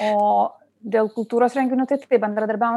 o dėl kultūros renginių tai tikrai bendradarbiaujam